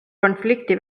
konflikti